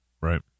Right